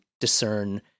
discern